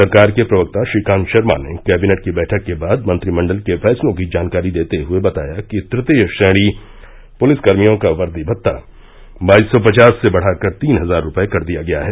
सरकार के प्रवक्ता श्रीकांत शर्मा ने कैबिनेट की बैठक के बाद मंत्रिमंडल के फैसलों की जानकारी देते हुए बताया कि तृतीय श्रेणी पुलिस कर्मियों का वर्दी भत्ता बाईस सौ पचास से बढ़ाकर तीन हजार रूपये कर दिया गया है